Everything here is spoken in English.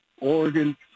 Oregon